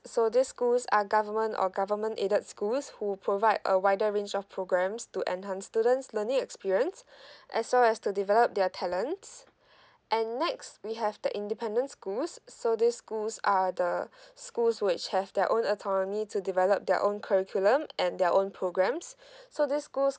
so these schools are government or government aided schools who provide a wider range of programs to enhance students learning experience as well as to develop their talents and next we have the independent schools so these schools are the schools which have their own autonomy to develop their own curriculum and their own programs so these schools